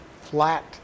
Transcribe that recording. flat